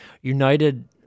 United